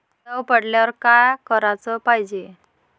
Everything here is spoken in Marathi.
दव पडल्यावर का कराच पायजे?